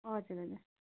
हजुर हजुर